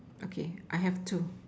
okay I have two